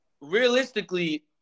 realistically